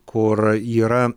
kur yra